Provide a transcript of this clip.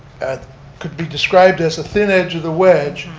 could be described as a thin edge of the wedge?